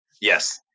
Yes